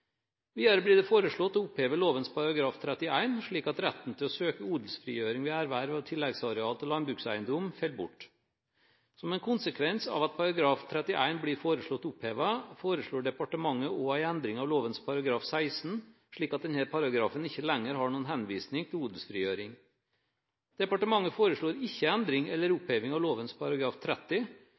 Videre blir det foreslått å oppheve lovens § 31, slik at retten til å søke odelsfrigjøring ved erverv av tilleggsareal til landbrukseiendom faller bort. Som en konsekvens av at § 31 blir foreslått opphevet, foreslår departementet også en endring av lovens § 16, slik at denne paragrafen ikke lenger har noen henvisning til odelsfrigjøring. Departementet foreslår ikke endring eller oppheving av lovens § 30.